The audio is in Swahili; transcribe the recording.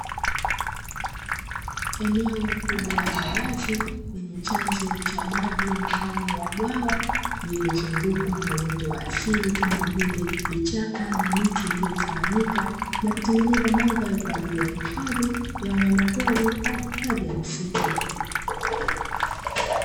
Eneo kubwa la wazi, lenye chanzo cha maji mfano wa bwawa, lililozungukwa na uoto wa asili kama vile vichaka na miti iliyotawanyika, na kutengeneza mandhari kwa ajili ya hifadhi ya wanyamapori au hifadhi ya misitu.